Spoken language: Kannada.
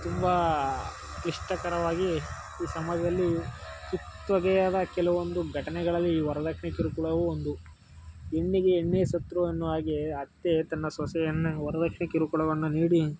ತುಂಬ ಇಷ್ಟಕರವಾಗಿ ಈ ಸಮಾಜದಲ್ಲಿ ಕಿತ್ತೊಗೆಯದ ಕೆಲವೊಂದು ಘಟನೆಗಳಲ್ಲಿ ಈ ವರ್ದಕ್ಷಿಣೆ ಕಿರುಕುಳವು ಒಂದು ಹೆಣ್ಣಿಗೆ ಹೆಣ್ಣೇ ಶತೃ ಅನ್ನುವ ಹಾಗೆ ಅತ್ತೆ ತನ್ನ ಸೊಸೆಯನ್ನು ವರ್ದಕ್ಷಿಣೆ ಕಿರುಕುಳವನ್ನು ನೀಡಿ